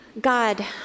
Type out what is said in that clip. God